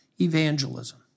evangelism